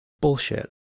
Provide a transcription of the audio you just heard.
bullshit